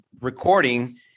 recording